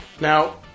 Now